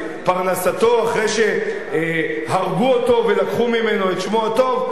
פרנסתו אחרי שהרגו אותו ולקחו ממנו את שמו הטוב?